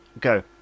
go